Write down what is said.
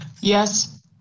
Yes